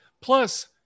Plus